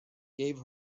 gave